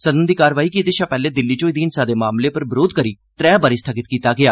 सदन दी कार्रवाई गी एहदे शा पैहले दिल्ली च होई दी हिंसा दे मामले पर बरोध करी त्रै बारी स्थगित कीता गेआ